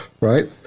right